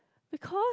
because